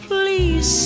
Please